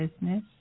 business